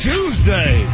Tuesday